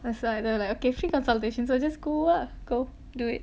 I was like they were like okay free consultation so just go ah go do it